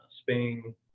spain